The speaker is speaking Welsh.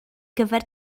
gyfer